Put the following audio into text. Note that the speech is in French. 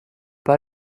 pas